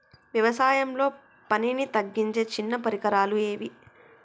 వ్యవసాయంలో పనిని తగ్గించే చిన్న పరికరాలు ఏవి?